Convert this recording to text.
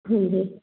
ਹਾਂਜੀ